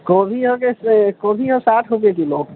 कोबी हँ जे छै कोबी हँ साठि रुपए किलो